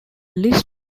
list